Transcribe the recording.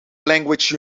language